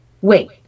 wait